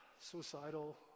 suicidal